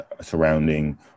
surrounding